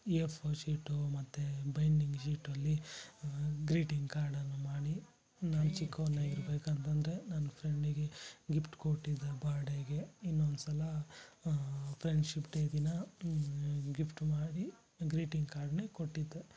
A four sheet ಮತ್ತು binding ಶೀಟಲ್ಲಿ greeting ಕಾರ್ಡನ್ನು ಮಾಡಿ ನಾನು ಚಿಕ್ಕವನಾಗಿರ್ಬೇಕಂತಂದ್ರೆ ನನ್ನ ಫ್ರೆಂಡಿಗೆ ಗಿಪ್ಟ್ ಕೊಟಿದ್ದೆ ಬರ್ಡೇಗೆ ಇನ್ನೊಂದು ಸಲ ಫ್ರೆಂಡ್ಶಿಪ್ ಡೇ ದಿನ ಗಿಫ್ಟು ಮಾಡಿ ಗ್ರೀಟಿಂಗ್ ಕಾರ್ಡ್ನ್ನೆ ಕೊಟ್ಟಿದ್ದೆ